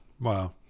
Wow